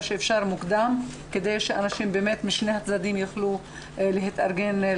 שיותר מוקדם כדי שאנשים משני הצדדים יוכלו להתארגן.